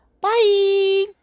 bye